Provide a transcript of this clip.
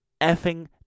effing